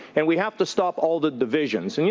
and we have to stop all the divisions. and, you